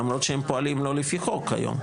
למרות שהם פועלים לא לפי חוק היום.